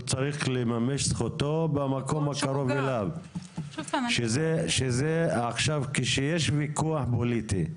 הוא צריך לממש את זכותו במקום הקרוב אליו שזה עכשיו כשיש וויכוח פוליטי,